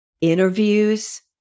interviews